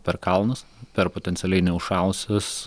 per kalnus per potencialiai neužšalusias